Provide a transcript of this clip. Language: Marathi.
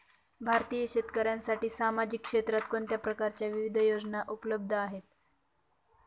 भारतीय शेतकऱ्यांसाठी सामाजिक क्षेत्रात कोणत्या प्रकारच्या विविध योजना उपलब्ध आहेत?